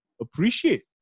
appreciate